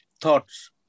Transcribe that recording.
Thoughts